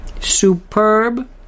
Superb